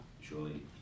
surely